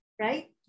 right